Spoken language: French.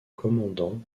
commandant